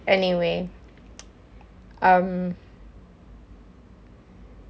anyway um